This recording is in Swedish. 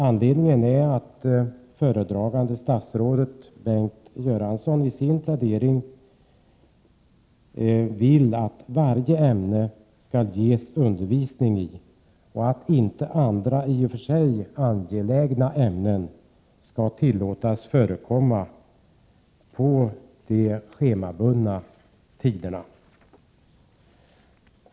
Anledningen är att föredragande statsrådet Bengt Göransson i sin plädering vill att man skall ge undervisning i varje ämne och att inte andra i och för sig angelägna ämnen skall tillåtas förekomma på de schemabundna tiderna.